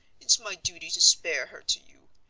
it's my duty to spare her to you.